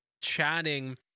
chatting